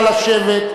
נא לשבת.